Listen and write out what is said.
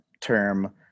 term